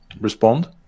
respond